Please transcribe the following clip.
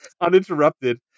uninterrupted